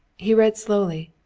he read slowly.